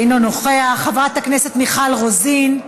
אינו נוכח, חברת הכנסת מיכל רוזין,